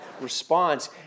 response